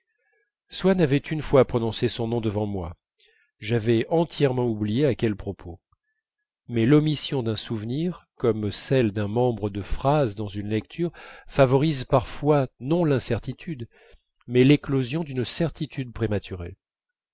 swann avait une fois prononcé son nom devant moi j'avais entièrement oublié à quel propos mais l'omission d'un souvenir comme celui d'un membre de phrase dans une lecture favorise parfois non l'incertitude mais l'éclosion d'une certitude prématurée